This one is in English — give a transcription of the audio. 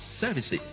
services